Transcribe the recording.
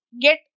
get